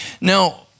Now